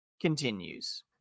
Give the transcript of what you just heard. continues